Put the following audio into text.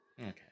Okay